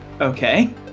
okay